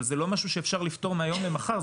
אבל זה לא משהו שאפשר לפתור מהיום למחר.